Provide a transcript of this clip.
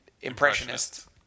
impressionist